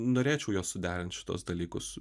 norėčiau juos suderint šituos dalykus